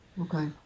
okay